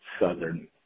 Southern